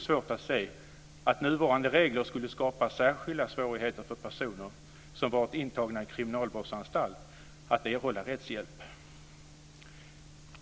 svårt att se att nuvarande regler skulle skapa särskilda svårigheter för personer som varit intagna på kriminalvårdsanstalt att erhålla rättshjälp.